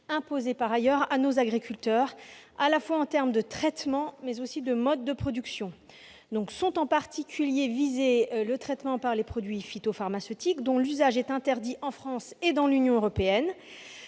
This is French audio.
imposées par ailleurs à nos agriculteurs, du point de vue tant des traitements que des modes de production. Sont en particulier visés le traitement par des produits phytopharmaceutiques dont l'usage est interdit en France et dans l'Union européenne,